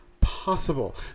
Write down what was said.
possible